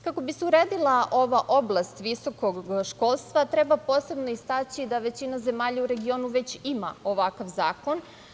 Kako bi se uredila ova oblast visokog školstva, treba posebno istaći da većina zemalja u regionu već ima ovakav zakon.